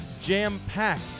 jam-packed